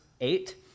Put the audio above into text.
eight